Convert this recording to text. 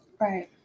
right